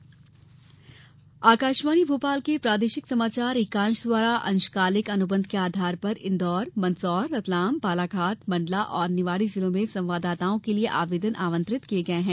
अंशकालिक संवाददाता आकाशवाणी भोपाल के प्रादेशिक समाचार एकांश द्वारा अंशकालिक अनुबंध के आधार पर इन्दौर मंदसौर रतलाम बालाघाट मंडला और निवाड़ी जिलों में संवाददाताओं के लिये आवेदन आमंत्रित किये गये हैं